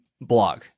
blog